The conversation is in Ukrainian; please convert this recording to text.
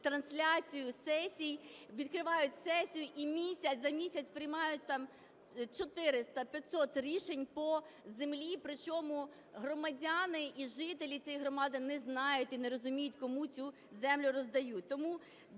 трансляцію сесій, відкривають сесію і за місяць приймають там 400-500 рішень по землі, при чому громадяни і жителі цієї громади не знають і не розуміють, кому цю землю роздають. Тому